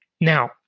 Now